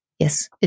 Yes